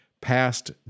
passed